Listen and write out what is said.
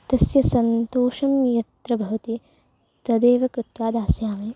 तस्य सन्तोषं यत्र भवति तदेव कृत्वा दास्यामि